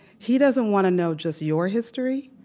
he doesn't want to know just your history,